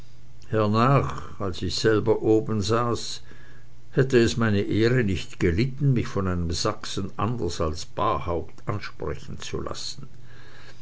als ich selber droben saß hätte es meine ehre nicht gelitten mich von einem sachsen anders als barhaupt ansprechen zu lassen